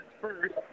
first